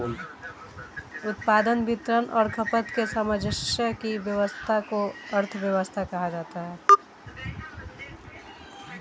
उत्पादन, वितरण और खपत के सामंजस्य की व्यस्वस्था को अर्थव्यवस्था कहा जाता है